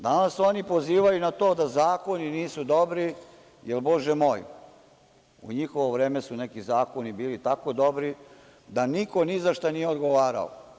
Danas oni pozivaju na to da zakoni nisu dobri, jer Bože moj, u njihovo vreme su neki zakoni bili tako dobri da niko ni za šta nije odgovarao.